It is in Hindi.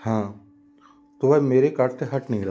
हाँ तो वे मेरे कार्ट से हट नहीं रहा